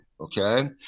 okay